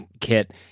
kit